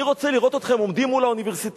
אני רוצה לראות אתכם עומדים מול האוניברסיטאות